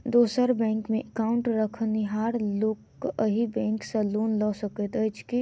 दोसर बैंकमे एकाउन्ट रखनिहार लोक अहि बैंक सँ लोन लऽ सकैत अछि की?